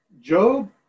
job